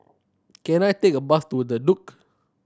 can I take a bus to The Duke